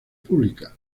públicas